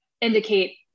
indicate